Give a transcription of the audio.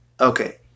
okay